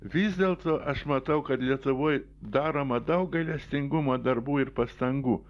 vis dėlto aš matau kad lietuvoj daroma daug gailestingumo darbų ir pastangų